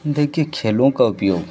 देखिए खेलों का उपयोग